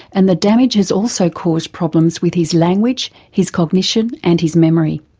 and the damage has also caused problems with his language, his cognition and his memory.